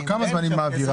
תוך כמה זמן היא מעבירה?